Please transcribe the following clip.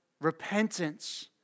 repentance